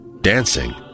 dancing